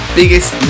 biggest